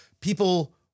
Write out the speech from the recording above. people